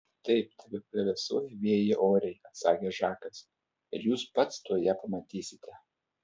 taip tebeplevėsuoja vėjyje oriai atsakė žakas ir jūs pats tuoj ją pamatysite